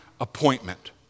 appointment